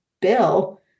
Bill